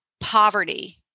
poverty